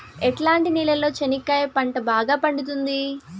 ఎట్లాంటి నేలలో చెనక్కాయ పంట బాగా పండుతుంది?